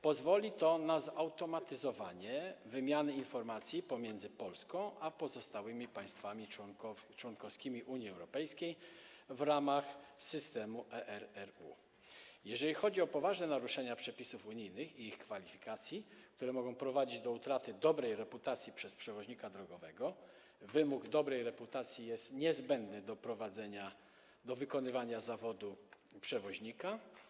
Pozwoli to na zautomatyzowanie wymiany informacji pomiędzy Polską a pozostałymi państwami członkowskimi Unii Europejskiej w ramach systemu ERRU, jeżeli chodzi o poważne naruszenia przepisów unijnych i ich kwalifikacji, które mogą prowadzić do utraty dobrej reputacji przez przewoźnika drogowego - wymóg dobrej reputacji jest niezbędny do wykonywania zawodu przewoźnika.